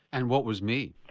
and what was me?